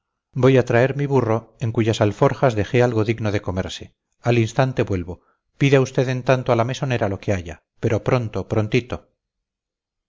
voy a traer mi burro en cuyas alforjas dejé algo digno de comerse al instante vuelvo pida usted en tanto a la mesonera lo que haya pero pronto prontito